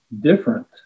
different